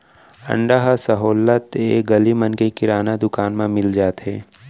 अंडा ह सहोल्लत ले गली मन के किराना दुकान म मिल जाथे